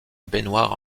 baignoire